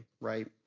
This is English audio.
right